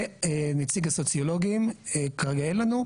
ונציג הסוציולוגים, כרגע אין לנו.